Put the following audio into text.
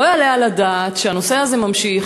לא יעלה על הדעת שהנושא הזה נמשך,